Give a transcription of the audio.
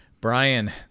Brian